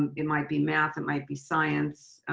and it might be math, it might be science.